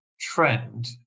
trend